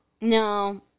No